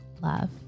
love